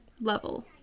level